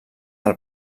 del